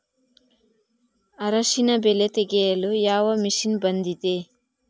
ಅರಿಶಿನ ಬೆಳೆ ತೆಗೆಯಲು ಯಾವ ಮಷೀನ್ ಬಂದಿದೆ?